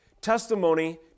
Testimony